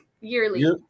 Yearly